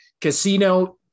casino